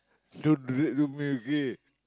don't do that to me again